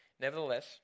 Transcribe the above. Nevertheless